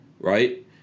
Right